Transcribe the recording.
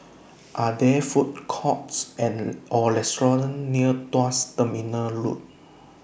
Are There Food Courts and Or restaurants near Tuas Terminal Road